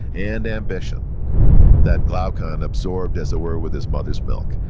and ambition that glaucon absorbed, as it were, with his mother's milk.